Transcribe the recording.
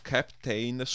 Captain